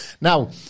Now